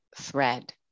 thread